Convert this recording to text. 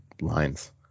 lines